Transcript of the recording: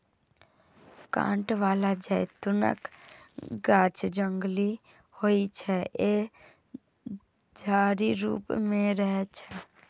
कांट बला जैतूनक गाछ जंगली होइ छै, जे झाड़ी रूप मे रहै छै